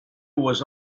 was